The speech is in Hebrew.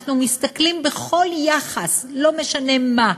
כשאנחנו מסתכלים בכל יחס, לא משנה מה,